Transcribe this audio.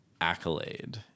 accolade